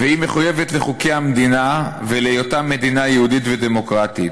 "והיא מחויבת לחוקי המדינה ולהיותה מדינה יהודית ודמוקרטית.